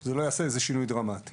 זה לא יעשה איזה שינוי דרמטי.